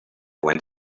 went